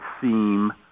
seem